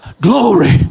Glory